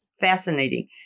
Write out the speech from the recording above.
fascinating